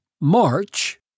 March